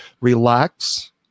relax